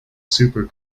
super